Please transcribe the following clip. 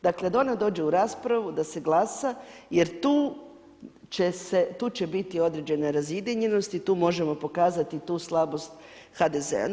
Dakle, kad ona dođe u raspravu da se glasa, jer tu će biti određene razjedinjenosti, tu možemo pokazati tu slabost HDZ-a.